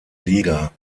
liga